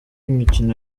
imikino